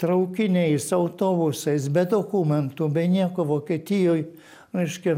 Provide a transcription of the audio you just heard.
traukiniais autobusais be dokumentų be nieko vokietijoj reiškia